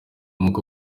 umwuka